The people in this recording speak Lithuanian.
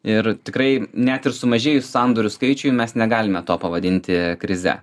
ir tikrai net ir sumažėjus sandorių skaičiui mes negalime to pavadinti krize